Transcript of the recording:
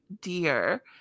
dear